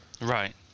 Right